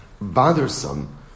bothersome